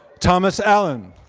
thomas allen.